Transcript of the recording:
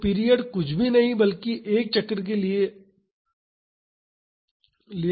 तो पीरियड कुछ भी नहीं है बल्कि 1 चक्र के लिए लिया गया समय है